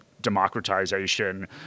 democratization